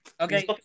Okay